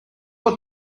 what